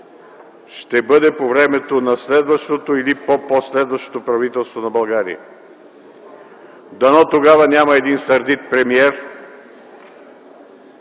ще бъде по времето на следващото или по, по-следващото правителство на България. Дано тогава няма един сърдит премиер